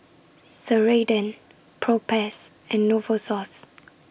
Ceradan Propass and Novosource